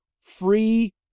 free